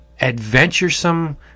adventuresome